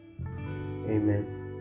Amen